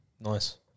nice